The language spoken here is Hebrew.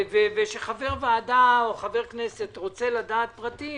כשחבר ועדה או חבר כנסת רוצה לדעת פרטים